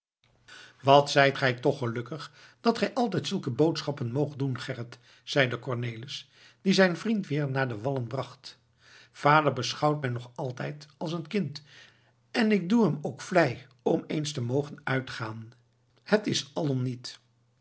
wat zijt gij toch gelukkig dat gij altijd zulke boodschappen moogt doen gerrit zeide cornelis die zijn vriend weer naar de wallen bracht vader beschouwt mij nog altijd als een kind en hoe ik hem ook vlei om eens te mogen uitgaan het is al om niet